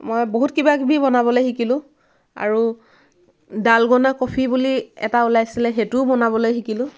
মই বহুত কিবা কিবি বনাবলৈ শিকিলোঁ আৰু ডালগনা কফি বুলি এটা উলাইছিলে সেইটোও বনাবলৈ শিকিলোঁ